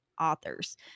authors